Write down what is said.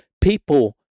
people